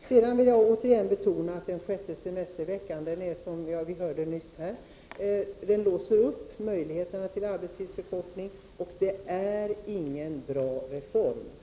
Förslaget med en sjätte semestervecka låser, som vi nyss har hört här, möjligheterna till arbetstidsförkortning. Det är ingen bra reform.